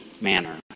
manner